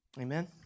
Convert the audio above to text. Amen